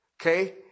Okay